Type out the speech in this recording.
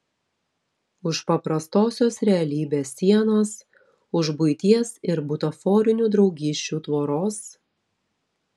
už paprastosios realybės sienos už buities ir butaforinių draugysčių tvoros